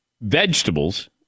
vegetables